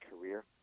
career